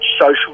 social